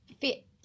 fit